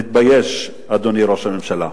תתבייש, אדוני ראש הממשלה.